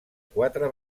quatre